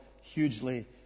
hugely